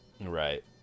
Right